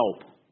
help